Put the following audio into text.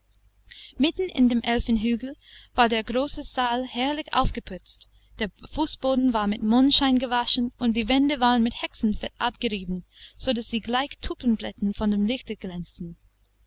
mitten in dem elfenhügel war der große saal herrlich aufgeputzt der fußboden war mit mondschein gewaschen und die wände waren mit hexenfett abgerieben sodaß sie gleich tulpenblättern von dem